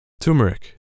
Turmeric